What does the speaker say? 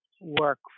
work